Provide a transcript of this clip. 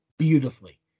beautifully